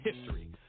history